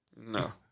No